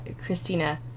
Christina